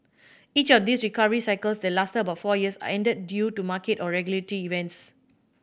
each of these recovery cycles that lasted about four years and ended due to market or regulatory events